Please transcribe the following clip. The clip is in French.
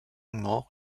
morts